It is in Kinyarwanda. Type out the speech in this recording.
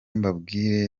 mbabwire